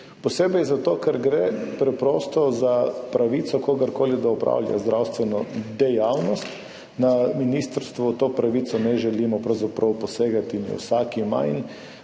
Posebej zato, ker gre preprosto za pravico kogarkoli, da opravlja zdravstveno dejavnost. Na ministrstvu v to pravico pravzaprav ne želimo posegati in jo vsak ima